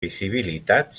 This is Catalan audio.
visibilitat